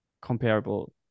comparable